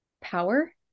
power